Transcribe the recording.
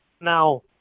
Now